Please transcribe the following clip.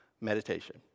meditation